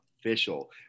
official